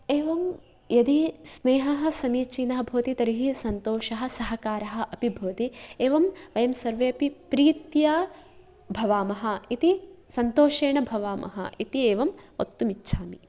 एवं यदि स्नेहः समीचीनः भवति तर्हि सन्तोषः सहकारः अपि भवति एवं वयं सर्वेऽपि प्रीत्या भवामः इति सन्तोषेण भवामः इति एवं वक्तुम् इच्छामि